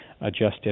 adjusted